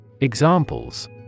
Examples